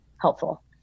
helpful